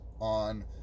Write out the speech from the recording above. on